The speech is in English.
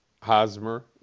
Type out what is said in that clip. Hosmer